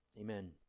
Amen